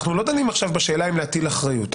אנחנו לא דנים עכשיו בשאלה אם להטיל אחריות.